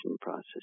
process